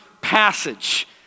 passage